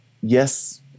yes